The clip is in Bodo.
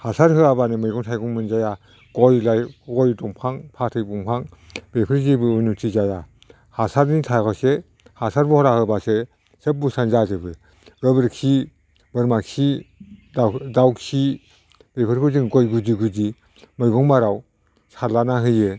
हासार होआबानो मैगं थाइगं मोनजाया गय लाय गय दंफां फाथै दंफां बेखौ जेबो उन्नुथि जाया हासारनि थाखायसो हासार बरा होब्लासो सोब बुसानो जाजोबो गोबोरखि बोरमाखि दाउखि बेफोरखौ जों गय गुदि गुदि मैगं बाराव सारलाना होयो